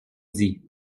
dis